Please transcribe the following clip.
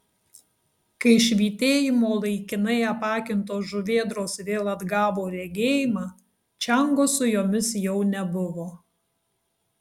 kai švytėjimo laikinai apakintos žuvėdros vėl atgavo regėjimą čiango su jomis jau nebuvo